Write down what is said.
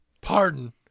Pardon